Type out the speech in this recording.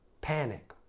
panic